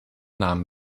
namen